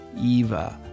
Eva